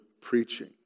preaching